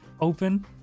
open